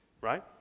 right